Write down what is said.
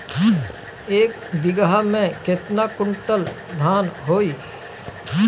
एक बीगहा में केतना कुंटल धान होई?